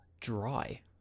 dry